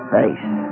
face